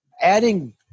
adding